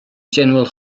general